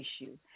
issue